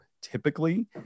typically